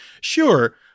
Sure